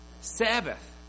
Sabbath